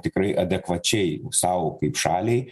tikrai adekvačiai sau kaip šaliai